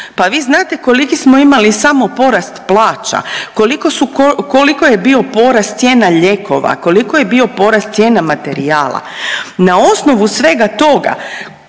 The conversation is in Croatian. pa vi znate koliko smo samo imali porast plaća, koliko su, koliko je bio porast cijena lijekova, koliko je bio porast cijena materijala. Na osnovu svega toga